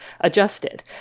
adjusted